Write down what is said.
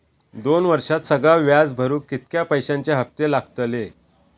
दोन वर्षात सगळा व्याज भरुक कितक्या पैश्यांचे हप्ते लागतले?